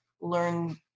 learn